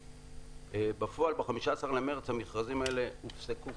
בפועל, ב-15 במארס המכרזים האלה הופסקו.